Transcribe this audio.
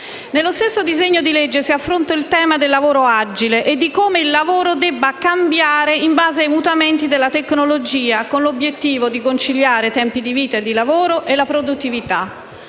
Nello stesso disegno di legge si affronta il tema del lavoro agile e di come il lavoro debba cambiare in base ai mutamenti della tecnologia con l’obiettivo di conciliare tempi di vita e di lavoro con la produttività: